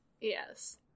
Yes